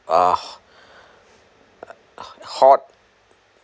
uh ho~ hot